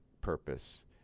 purpose